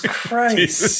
Christ